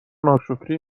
ناشکری